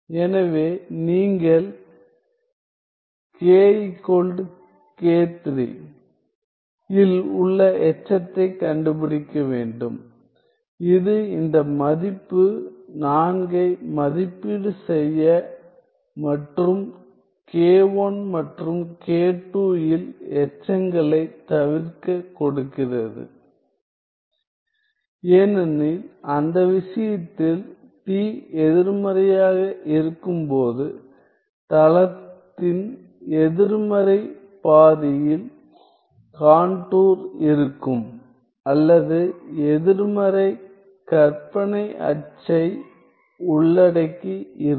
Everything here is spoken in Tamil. எனவே நீங்கள் k k3 இல் உள்ள எச்சத்தைக் கண்டுபிடிக்க வேண்டும் இது இந்த மதிப்பு தொகை 4 ஐ மதிப்பீடு செய்ய மற்றும் k1 மற்றும் k2 இல் எச்சங்களைத் தவிர்க்கக் கொடுக்கிறது ஏனெனில் அந்த விஷயத்தில் t எதிர்மறையாக இருக்கும்போது தளத்தின் எதிர்மறை பாதியில் கான்டூர் இருக்கும் அல்லது எதிர்மறை கற்பனை அச்சை உள்ளடக்கி இருக்கும்